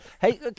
Hey